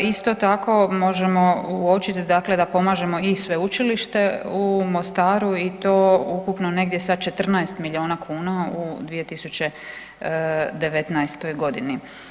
Isto tako, možemo uočiti dakle da pomažemo i sveučilište u Mostaru i to ukupno negdje sa 14 milijuna kuna u 2019. godini.